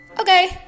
Okay